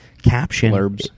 caption